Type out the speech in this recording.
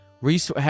Reese